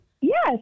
yes